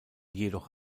jedoch